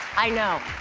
i know.